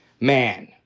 man